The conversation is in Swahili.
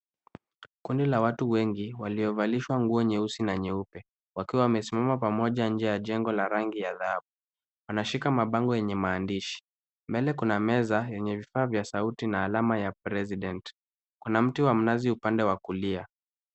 Kundi la watu wengi waliovalishwa nguo nyeusi na nyeupe wakiwa wamesimama pamoja nje ya jengo la rangi ya dhahabu. Wanashika mabango yenye maandishi. Mbele kuna meza yenye vifaa za sauti na alama ya president .Kuna mti wa mnazi upande wa kulia.